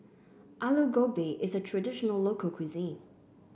Aloo Gobi is a traditional local cuisine